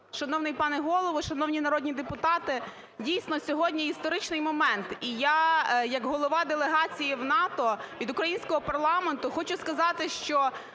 Шановний пане Голово, шановні народні депутати! Дійсно, сьогодні історичний момент, і я як голова делегації в НАТО від українського парламенту хочу сказати, що